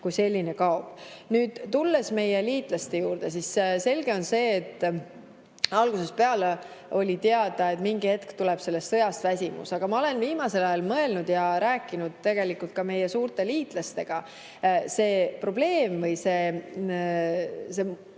kui selline kaob. Nüüd, tulles meie liitlaste juurde, siis selge on see, et algusest peale oli teada, et mingi hetk tekib sellest sõjast väsimus. Aga ma olen viimasel ajal mõelnud ja rääkinud sellest ka meie suurte liitlastega, et see probleem tuleb sellest,